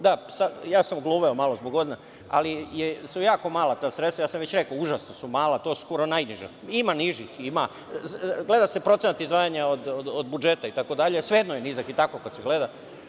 Da, ja sam ogluveo malo zbog godina, ali su jako mala ta sredstva, ja sam već rekao užasno su mala, to su skoro najniža, ima i nižih, ima, gleda se procenat izdvajanja od budžeta itd. svejedno je nizak i kad se tako gleda.